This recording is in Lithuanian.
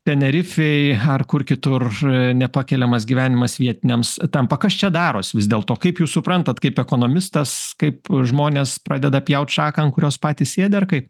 tenerifėj ar kur kitur nepakeliamas gyvenimas vietiniams tampa kas čia darosi vis dėl to kaip jūs suprantat kaip ekonomistas kaip žmonės pradeda pjaut šaką ant kurios patys sėdi ar kaip